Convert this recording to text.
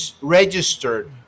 registered